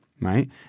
right